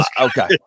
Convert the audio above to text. Okay